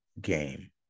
game